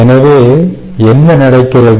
எனவே என்ன நடக்கிறது